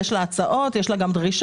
יש לה הצעות ויש לה גם דרישות,